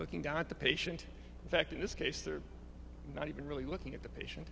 looking down at the patient in fact in this case they're not even really looking at the patient